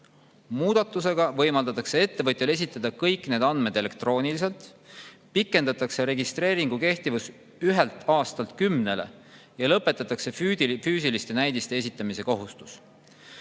Muudatusega võimaldatakse ettevõtjal esitada kõik need andmed elektrooniliselt, pikendatakse registreeringu kehtivust ühelt aastalt kümnele ja lõpetatakse füüsiliste näidiste esitamise kohustus.